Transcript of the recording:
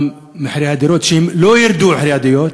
גם מחירי הדירות, שלא ירדו, מחירי הדירות,